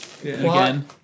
again